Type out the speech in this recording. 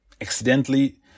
accidentally